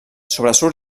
sobresurt